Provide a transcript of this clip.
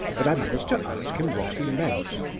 but i managed to ask him what he meant.